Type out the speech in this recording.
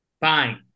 Fine